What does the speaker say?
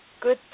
Good